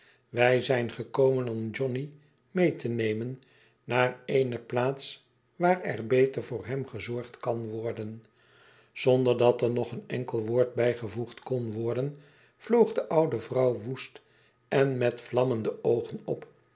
wij zijn gekomen om johnny mee te nemen naareene plaats waar er beter voor hem gezorgd kan worden zonder dat er nog een enkel woord bijgevoegd kon worden vloog de oude vrouw woest en met vlammende oogen op